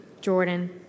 Jordan